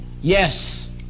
yes